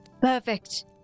Perfect